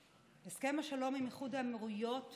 הסכם השלום עם איחוד האמירויות,